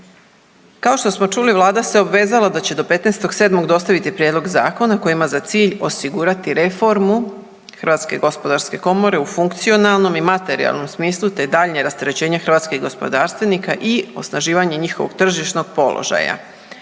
Kao što smo čuli Vlada se obvezala da će do 15. 07. dostaviti Prijedlog zakona koji ima za cilj osigurati reformu Hrvatske gospodarske komore u funkcionalnom i materijalnom smislu te daljnje rasterećenje hrvatskih gospodarstvenika i osnaživanje njihovog tržišnog položaja.